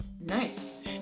Nice